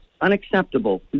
unacceptable